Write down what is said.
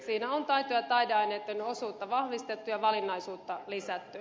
siinä on taito ja taideaineitten osuutta vahvistettu ja valinnaisuutta lisätty